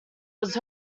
was